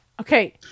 Okay